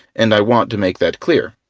and i want to make that clear.